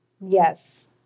Yes